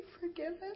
forgiven